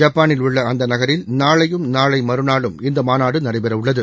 ஜப்பானில் உள்ள அந்த நகரில் நாளையும் நாளை மறுநாளும் இந்த மாநாடு நடைபெறவுள்ளது